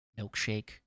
milkshake